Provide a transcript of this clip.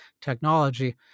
technology